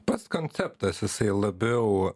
pats konceptas jisai labiau